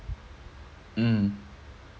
mm